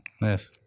Yes